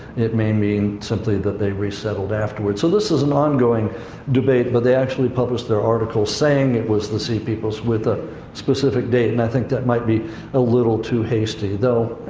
it may mean, simply, that they resettled afterwards. so this is an ongoing debate, but they actually published their article, saying it was the sea peoples with a specific date. and i think that might be a little too hasty. though,